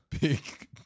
Big